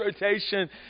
rotation